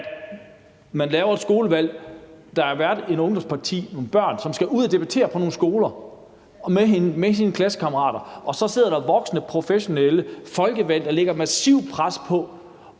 at man laver et skolevalg, at der er et ungdomsparti og nogle børn, som skal ud at debattere på nogle skoler med deres klassekammerater, og at så sidder der voksne professionelle, altså folkevalgte politikere, der lægger et massivt pres og